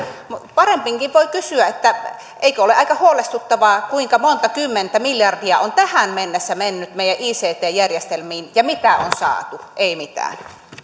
paremminkin voi kysyä eikö ole aika huolestuttavaa kuinka monta kymmentä miljardia on tähän mennessä mennyt meidän ict järjestelmiimme ja mitä on saatu ei mitään